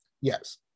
Yes